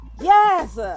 Yes